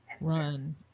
run